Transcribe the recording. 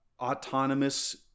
autonomous